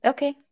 Okay